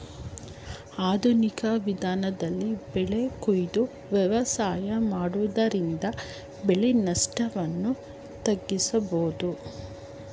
ಆಧುನಿಕ ವಿಧಾನದಲ್ಲಿ ಬೆಳೆ ಕೊಯ್ದು ವ್ಯವಸಾಯ ಮಾಡುವುದರಿಂದ ಬೆಳೆ ನಷ್ಟವನ್ನು ತಗ್ಗಿಸಬೋದು